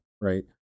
right